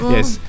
Yes